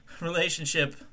relationship